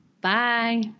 Bye